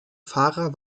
fahrer